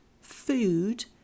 food